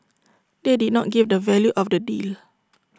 they did not give the value of the deal